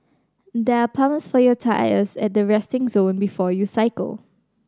there are pumps for your tyres at the resting zone before you cycle